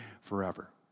forever